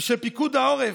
של פיקוד העורף,